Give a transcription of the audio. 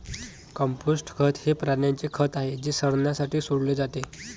compost खत हे प्राण्यांचे खत आहे जे सडण्यासाठी सोडले जाते